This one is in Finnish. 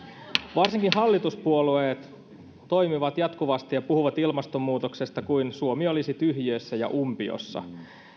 varsinkin hallituspuolueet toimivat jatkuvasti ja puhuvat ilmastonmuutoksesta kuin suomi olisi tyhjiössä ja umpiossa